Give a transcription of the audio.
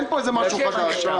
אין פה משהו חדש.